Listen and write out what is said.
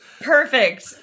perfect